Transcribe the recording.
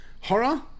horror